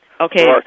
Okay